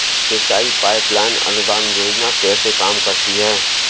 सिंचाई pipeline अनुदान योजना कैसे काम करती है?